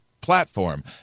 platform